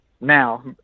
now